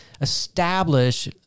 establish